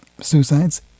suicides